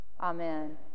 Amen